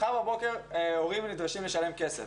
מחר בבוקר ההורים נדרשים לשלם כסף,